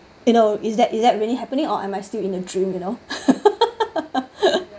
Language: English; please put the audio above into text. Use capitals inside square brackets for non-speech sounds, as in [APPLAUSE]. you know is that is that really happening or am I still in a dream you know [LAUGHS]